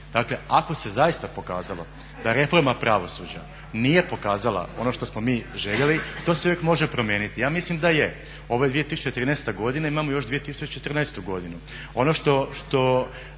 dakle ako se zaista pokazalo da reforma pravosuđa nije pokazala ono što smo mi željeli to se uvijek može promijeniti. Ja mislim da je. Ovo je 2013. godina, imamo još 2014. godinu.